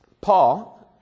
Paul